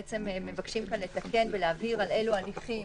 מבקשים כאן לתקן ולהבהיר על אלו הליכים